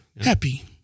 Happy